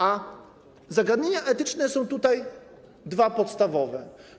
A zagadnienia etyczne są tutaj dwa podstawowe.